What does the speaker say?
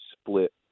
split